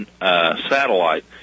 satellite